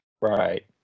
Right